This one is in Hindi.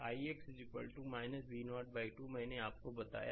ix V0 2 मैंने आपको बताया